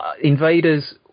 Invaders